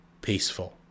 peaceful